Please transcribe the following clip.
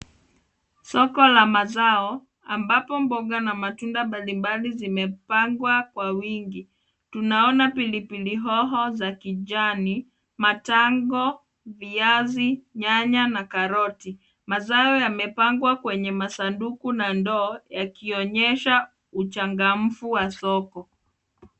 Soko la mazao, ambapo mboga na matunda mbalimbali zimepangwa kwa wingi. Tunaona pilipili hoho za kijani , matango , viazi, nyanya na karoti. Mazao yamepangwa kwenye masanduku na ndoo, yakionyesha uchangamfu wa soko.